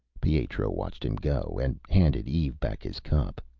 pietro watched him go, and handed eve back his cup.